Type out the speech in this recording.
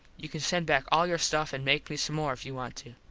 you can send back all your stuff and make me some more if you want to.